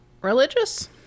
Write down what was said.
religious